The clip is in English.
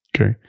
Okay